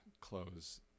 close